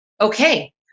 okay